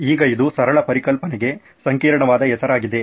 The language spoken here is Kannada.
ಈಗ ಇದು ಸರಳ ಪರಿಕಲ್ಪನೆಗೆ ಸಂಕೀರ್ಣವಾದ ಹೆಸರಾಗಿದೆ